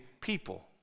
people